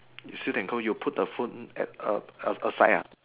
you still can go you put the phone at a aside ah